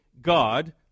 God